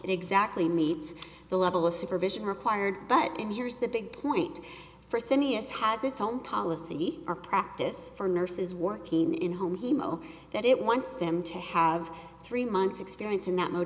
exactly meets the level of supervision required but and here's the big point for simmias has its own policy or practice for nurses working in home he mo that it wants them to have three months experience in that mode